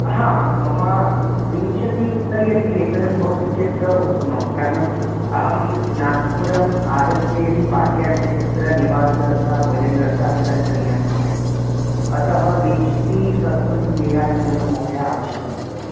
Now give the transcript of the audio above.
हा मम विंशतेः उपरि यदि वेतनं भवति चेत् उत्तमं कारणम् अहं नाग्पुरम् आगत्य यदि पाठयामि चेत् तत्र निवासव्यवस्था भोजनव्यवस्थापि कल्पनीया अतः विंशतिसहस्रं तु न्यूनातिन्यूनं महोदया अवश्यकमेव